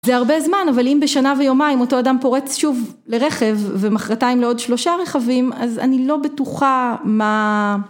זה הרבה זמן, אבל אם בשנה ויומיים אותו אדם פורץ שוב לרכב ומחרתיים לעוד שלושה רכבים, אז אני לא בטוחה מה...